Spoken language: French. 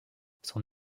son